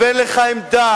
ואין לך עמדה,